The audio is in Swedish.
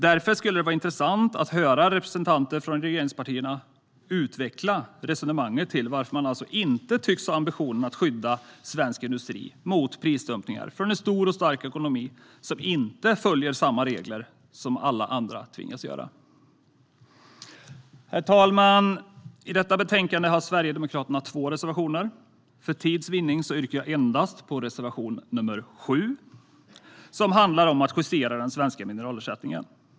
Därför skulle det vara intressant att höra representanter från regeringspartierna utveckla resonemanget när det gäller varför man inte tycks ha ambitionen att skydda svensk industri mot prisdumpningar från en stor och stark ekonomi som inte följer samma regler som alla andra tvingas göra. Herr talman! I detta betänkande har Sverigedemokraterna två reservationer. För tids vinnande yrkar jag bifall endast till reservation nr 7, som handlar om att justera den svenska mineralersättningen.